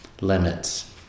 limits